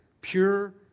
pure